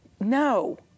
No